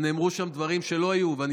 נאמרו שם דברים שלא היו בוועדת שרים לחקיקה.